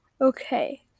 okay